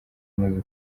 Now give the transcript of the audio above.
amaze